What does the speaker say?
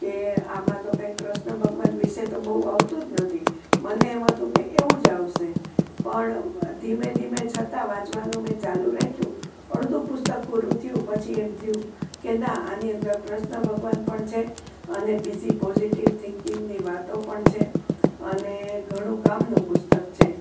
કે આમાં તો કંઈ કૃષ્ણ ભગવાન વિષે તો બહુ આવતું જ નથી મને એમ હતું કે એવું જ આવશે પણ ધીમે ધીમે છતાં વાંચવાનું મેં ચાલુ રાખ્યું અડધું પુસ્તક પુરું થયું પછી એમ થયું કે ના આની અંદર કૃષ્ણ ભગવાન પણ છે અને બીજી પોઝિટિવ થિંકિંગની વાતો પણ છે અને ઘણું કામનું પુસ્તક છે